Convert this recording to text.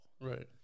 Right